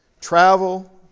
travel